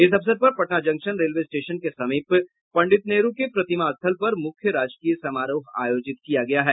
इस अवसर पर पटना जंक्शन रेलवे स्टेशन के समीप पंडित नेहरू के प्रतिमा स्थल पर मुख्य राजकीय समारोह आयोजित किया गया है